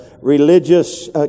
religious